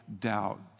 doubt